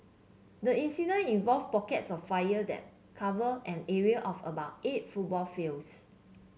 the incident involved pockets of fire that cover and area of about eight football fields